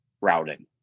routing